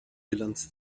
bilanz